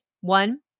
One